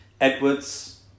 Edwards